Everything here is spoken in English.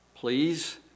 Please